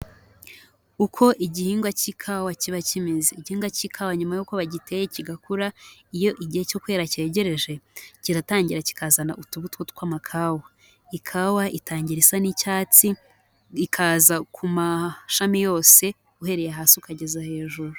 Uko igihingwa cy'ikawa kiba kimeze. Igihingwa cy'ikawa nyuma yuko bagiteye kigakura, iyo igihe cyo kwera cyegereje, kiratangira kikazana utubuto tw'amakawa, ikawa itangira isa n'icyatsi ikaza ku mashami yose uhereye hasi ukageza hejuru.